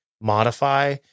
modify